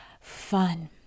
fun